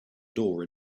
door